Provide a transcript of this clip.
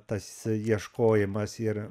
tas ieškojimas yra